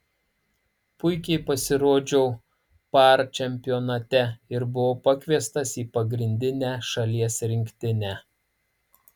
puikiai pasirodžiau par čempionate ir buvau pakviestas į pagrindinę šalies rinktinę